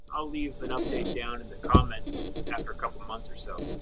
i'll leave an update down in the comments after a couple months or so.